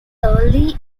early